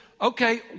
okay